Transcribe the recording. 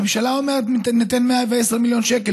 הממשלה אומרת: ניתן 110 מיליון שקל,